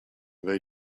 they